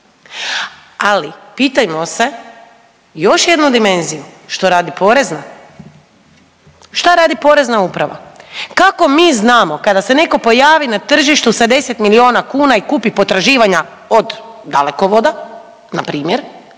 Ali pitajmo se još jednu dimenziju što radi porezna? Šta radi Porezna uprava? Kako mi znamo kada se netko pojavi na tržištu sa 10 miliona kuna i kupi potraživanja od Dalekovoda npr.